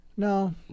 No